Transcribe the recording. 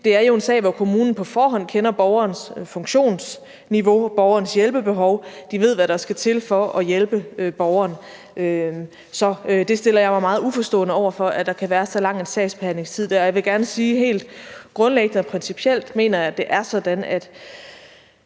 det jo er en sag, hvor kommunen på forhånd kender borgernes funktionsniveau, borgerens hjælpebehov, og de ved, hvad der skal til for at hjælpe borgeren. Så det stiller jeg mig meget uforstående over for, altså at der kan være så lang en sagsbehandlingstid der. Jeg vil gerne sige, at jeg helt grundlæggende og principielt mener, at